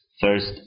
first